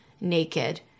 naked